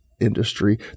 industry